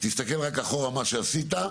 כהגדרה.